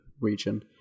region